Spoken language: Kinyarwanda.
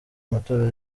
amatora